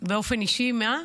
לי באופן אישי, את יכולה.